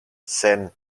sen